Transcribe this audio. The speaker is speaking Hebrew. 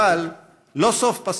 אבל לא סוף פסוק.